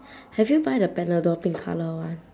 have you buy the panadol pink colour one